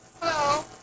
Hello